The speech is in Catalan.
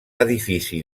edifici